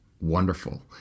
Wonderful